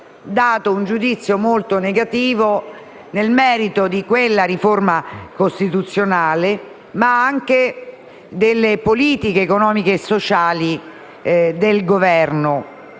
dato un giudizio molto negativo nel merito di quella riforma costituzionale, ma anche delle politiche economiche e sociali del Governo